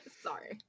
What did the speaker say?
Sorry